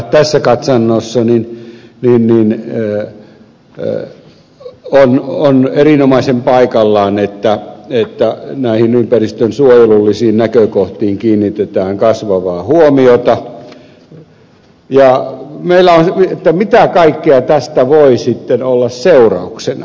tässä katsannossa on erinomaisen paikallaan että näihin ympäristönsuojelullisiin näkökohtiin kiinnitetään kasvavaa huomiota mitä kaikkea tästä voi sitten olla seurauksena